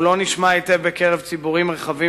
קולם אינו נשמע היטב בקרב ציבורים רחבים